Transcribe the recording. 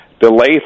delay